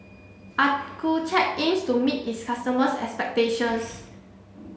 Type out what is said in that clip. Accucheck aims to meet its customers' expectations